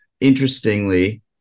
Interestingly